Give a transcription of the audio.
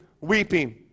weeping